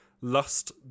Lust